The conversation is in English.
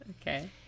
Okay